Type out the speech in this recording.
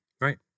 right